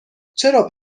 چرا